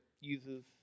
uses